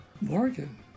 Morgan